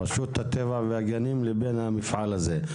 רשות הטבע והגנים לבין המפעל הזה,